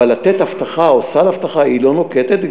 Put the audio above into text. אבל לתת אבטחה או סל אבטחה, היא לא נוקטת.